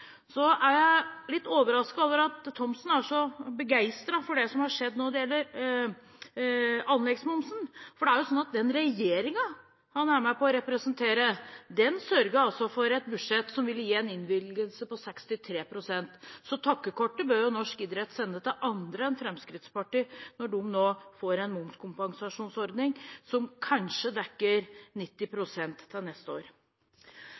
er litt overrasket over at Thomsen er så begeistret for det som har skjedd når det gjelder anleggsmomsen, for det er jo sånn at den regjeringen han er med på å representere, sørget for et budsjett som vil gi en innvilgelse på 63 pst. Så takkekortet bør jo norsk idrett sende til andre enn Fremskrittspartiet når de nå får en momskompensasjonsordning som kanskje dekker 90 pst. til neste år.